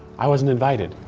i wasn't invited,